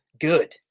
good